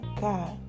God